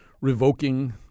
Revoking